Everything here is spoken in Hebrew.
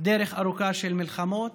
דרך ארוכה של מלחמות,